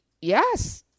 Yes